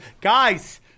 Guys